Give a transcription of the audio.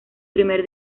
primer